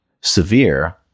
severe